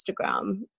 Instagram